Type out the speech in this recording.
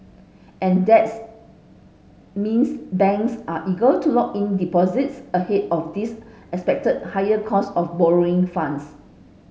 and that's means banks are eager to lock in deposits ahead of this expected higher cost of borrowing funds